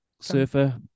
surfer